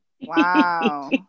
wow